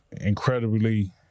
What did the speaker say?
incredibly